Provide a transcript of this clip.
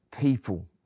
people